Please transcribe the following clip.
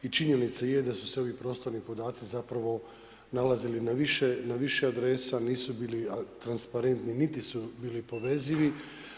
I činjenica je da su se ovi prostorni podaci zapravo nalazili na više adresa, nisu bili transparentni, niti su bili povezivi.